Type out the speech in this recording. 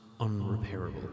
unrepairable